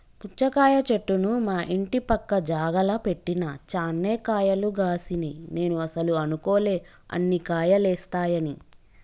పుచ్చకాయ చెట్టును మా ఇంటి పక్క జాగల పెట్టిన చాన్నే కాయలు గాశినై నేను అస్సలు అనుకోలే అన్ని కాయలేస్తాయని